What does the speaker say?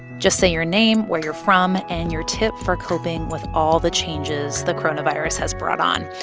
just say your name, where you're from and your tip for coping with all the changes the coronavirus has brought on.